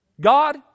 God